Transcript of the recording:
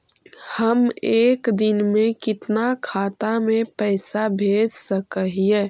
हम एक दिन में कितना खाता में पैसा भेज सक हिय?